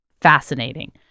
Fascinating